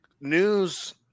news